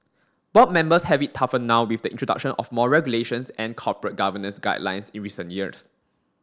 board members have it tougher now with the introduction of more regulations and corporate governance guidelines in recent years